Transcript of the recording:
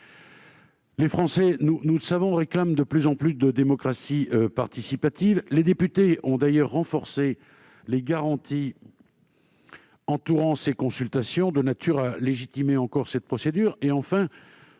Les Français, nous le savons, réclament de plus en plus de démocratie participative. Les députés ont d'ailleurs renforcé les garanties entourant ces consultations afin de légitimer cette procédure.